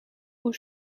aux